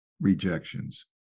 rejections